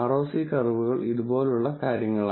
ROC കർവുകൾ ഇതുപോലുള്ള കാര്യങ്ങളാണ്